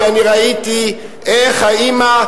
כי אני ראיתי איך האמא,